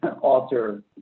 alter